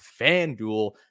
FanDuel